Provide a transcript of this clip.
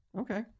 Okay